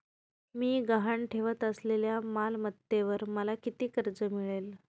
मी गहाण ठेवत असलेल्या मालमत्तेवर मला किती कर्ज मिळेल?